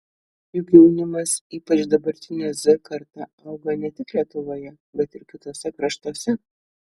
juk jaunimas ypač dabartinė z karta auga ne tik lietuvoje bet ir kituose kraštuose